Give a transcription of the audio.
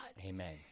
Amen